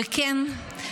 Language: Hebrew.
וכן,